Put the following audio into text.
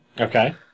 Okay